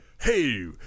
Hey